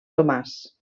tomàs